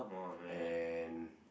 and